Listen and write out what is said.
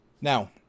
Now